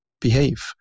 behave